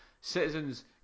Citizens